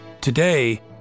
Today